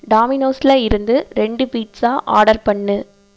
டாமினோஸில் இருந்து ரெண்டு pizza order பண்ணு